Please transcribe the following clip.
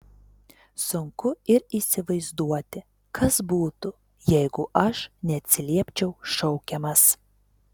sunku ir įsivaizduoti kas būtų jeigu aš neatsiliepčiau šaukiamas